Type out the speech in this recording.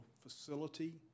facility